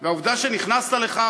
ואת העובדה שנכנסת לכך,